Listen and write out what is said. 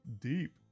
deep